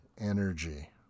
energy